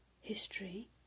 History